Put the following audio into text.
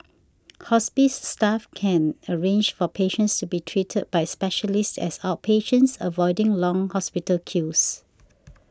hospice staff can arrange for patients to be treated by specialists as outpatients avoiding long hospital queues